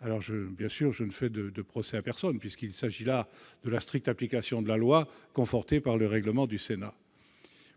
acceptable ! Je ne fais de procès à personne puisqu'il s'agit de la stricte application de la loi, confortée par le règlement du Sénat.